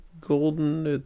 Golden